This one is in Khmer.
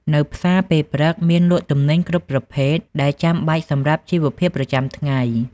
នៅផ្សារពេលព្រឹកមានលក់ទំនិញគ្រប់ប្រភេទដែលចាំបាច់សម្រាប់ជីវភាពប្រចាំថ្ងៃ។